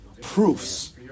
proofs